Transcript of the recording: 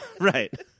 Right